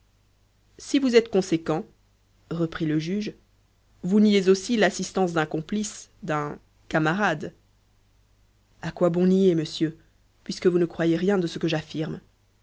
si vous êtes conséquent reprit le juge vous niez aussi l'assistance d'un complice d'un camarade à quoi bon nier monsieur puisque vous ne croyez rien de ce que j'affirme